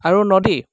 আৰু নদী